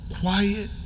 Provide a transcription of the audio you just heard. quiet